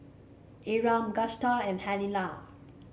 Ephram Agusta and Helena